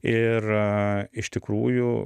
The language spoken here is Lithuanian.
ir iš tikrųjų